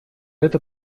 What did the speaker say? это